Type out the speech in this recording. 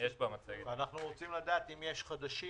אנחנו רוצים לדעת אם יש חדשים,